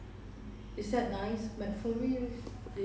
我我喜欢吃 McDonald 的 McFlurry lor